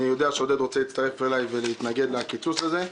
אני יודע שעודד רוצה להצטרף אלי ולהתנגד לקיצוץ הזה.